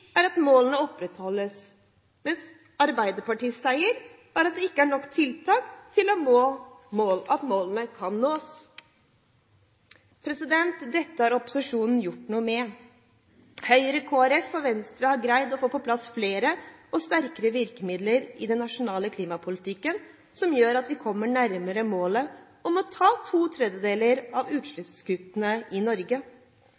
er at målene opprettholdes, mens Arbeiderpartiets seier er at det ikke er nok tiltak til at målene kan nås. Dette har opposisjonen gjort noe med. Høyre, Kristelig Folkeparti og Venstre har greid å få på plass flere og sterkere virkemidler i den nasjonale klimapolitikken, som gjør at vi kommer nærmere målet om å ta to tredjedeler av